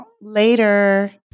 Later